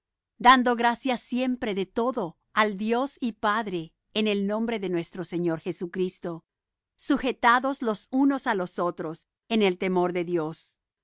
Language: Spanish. dando gracias siempre de todo al dios y padre en el nombre de nuestro señor jesucristo sujetados los unos á los otros en el temor de dios